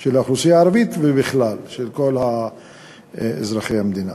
של האוכלוסייה הערבית בכלל ושל אזרחי המדינה,